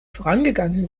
vorangegangenen